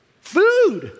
Food